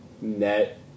Net